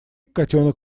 котенок